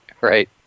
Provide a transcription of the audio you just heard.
right